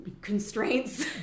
constraints